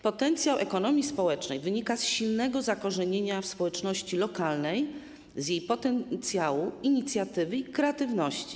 Potencjał ekonomii społecznej wynika z silnego zakorzenienia w społeczności lokalnej, z jej potencjału, inicjatywy i kreatywności.